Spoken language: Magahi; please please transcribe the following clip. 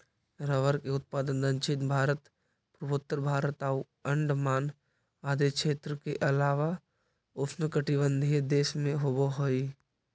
रबर के उत्पादन दक्षिण भारत, पूर्वोत्तर भारत आउ अण्डमान आदि क्षेत्र के अलावा उष्णकटिबंधीय देश में होवऽ हइ